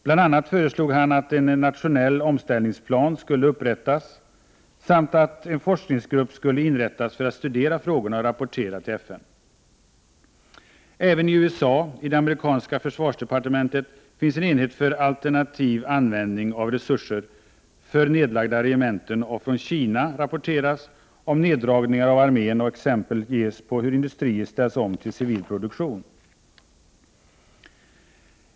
Bl.a. föreslog han att en nationell omställningsplan skulle upprättas samt att en forskargrupp skulle inrättas för att studera frågorna och rapportera till FN. Även i USA, i det amerikanska försvarsdepartementet, finns en enhet för alternativ användning av resurser från nedlagda regementen. Från Kina rapporteras om neddragningar av armén, och exempel ges på hur industrier ställs om till civil produktion.